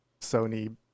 sony